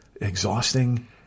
exhausting